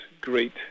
great